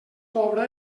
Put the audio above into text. pobra